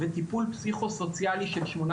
בטיפול פסיכוסוציאלי של שמונה